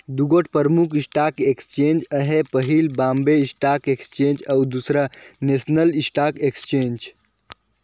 दुगोट परमुख stock exchange अहे पहिल बॉम्बे स्टाक एक्सचेंज अउ दूसर नेसनल स्टॉक एक्सचेंज